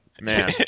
man